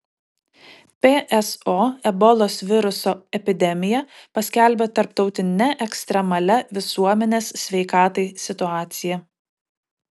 pso ebolos viruso epidemiją paskelbė tarptautine ekstremalia visuomenės sveikatai situacija